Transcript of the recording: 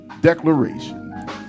declaration